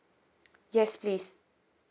yes please